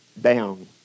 down